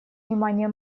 внимание